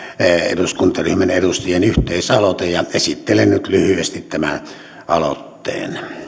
eduskuntaryhmän edustajien yhteisaloite ja esittelen nyt lyhyesti tämän aloitteen